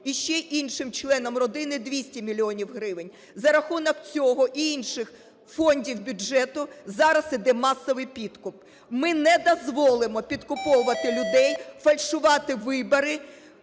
і ще іншим членам родини – 200 мільйонів гривень. За рахунок цього і інших фондів бюджету зараз іде масовий підкуп. Ми не дозволимо підкуповувати людей, фальшувати вибори,